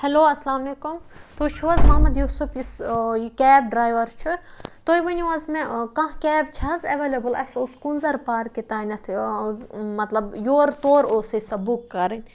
hello السلامُ علیکُم تُہۍ چھِو حظ محمد یوٗسُف یُس یہِ کیب ڈرایوَر چھُ تُہۍ ؤنِو حظ مےٚ کانٛہہ کیب چھِ حظ ایٚولیبٕل اَسہِ اوس کُنزَر پارکہِ تانیٚتھ مَطلَب یورٕ تورٕ اوس اَسہِ سۄ بُک کَرٕنۍ